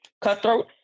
cutthroat